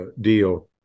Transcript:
deal